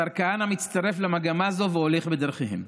השר כהנא מצטרף למגמה זו והולך בדרכיהם.